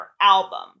album